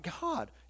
God